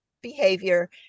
behavior